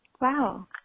Wow